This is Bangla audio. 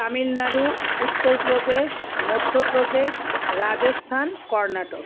তামিলনাড়ু উত্তরপ্রদেশ মধ্যপ্রদেশ রাজস্থান কর্ণাটক